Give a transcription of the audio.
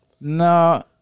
No